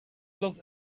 los